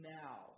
now